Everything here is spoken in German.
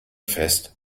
fest